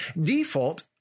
default